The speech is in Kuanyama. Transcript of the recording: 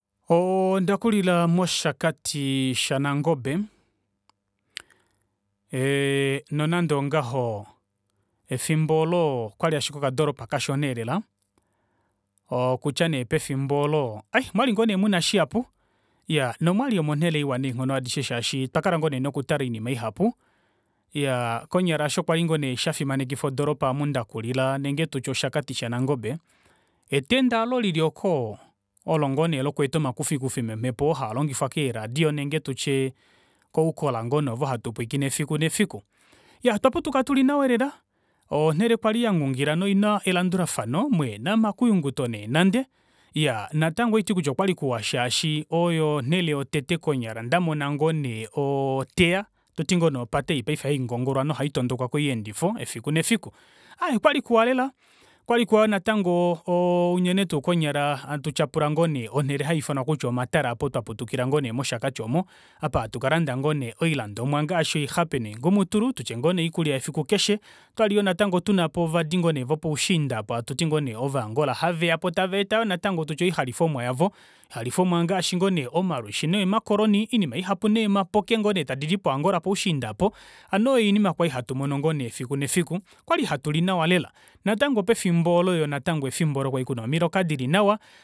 Oondakulila moshakati sha nangobe eee nonande ongaho efimbo oolo okwali ashike okadooropa kashona eelela okutya nee pefimbo oolo ai omwali ngoo nee muna shihapu iyaa nomwali omonele iwa neenghono adishe shaashi otwakala ngoo nee nokutala oinima ihapu iyaa konyala osho kwali ngoo nee shafimanekifa odoropa omu ndakulila ile tutye oshakati shanangobe etenda aalo lili ooko olo ngoo ne lokweeta omakufikufi omomepo oo halongifwa keeradio nenge tutye koukola ngoo nee ovo hatu pwiikine efiku nefiku otwaputuka tuli nawa elela onele yali yangungila noina elandulafano muhena omakuyunguto nande nande iyaa natango ohaiti kutya okwali kuwa shaashi oyo onele yotete konyala ndamona ngoo nee oteya toti ngoo nee opate ei paife haingongolwa noha itondokwa koyeendifo efiku nefiku aaye okwali kuwa lela okwali kuwa yoo natango oo unene tuu konyala hatu tyapula ngoo nee onele hayuufanwa hakutiwa omatala opo twaputukila moshakati moshakati oomo apa hatu kalanda oilandomwa ngaashi oiihape noingumutulu tutye ngoo nee oikulya yefiku keshe otwali yoo tunapo natango vopushiinda aapa hatuti ngoo nee ovaangola haveyapo tava eta yoo natango oilandifomwa yavo oilandifomwa ongaashi omalwishi nee maccoroni oinima ihapu nomapoke tadidi poangola poushiinda hano oyo oinima kwali hatumono ngoo nee efiku nefiku okwali hatu linawa lela natango pefimbo olo olo efimbo kwali kuna omiloka dilinawa